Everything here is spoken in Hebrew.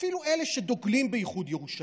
אפילו אלה שדוגלים באיחוד ירושלים: